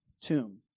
tomb